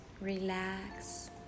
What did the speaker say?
relax